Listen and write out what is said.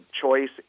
choice